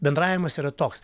bendravimas yra toks